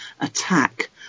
attack